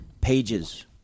Pages